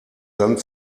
sand